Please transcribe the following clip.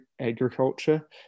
agriculture